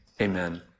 amen